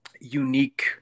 unique